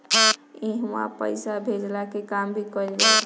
इहवा पईसा भेजला के काम भी कइल जाला